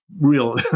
real